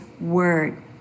word